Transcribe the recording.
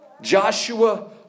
Joshua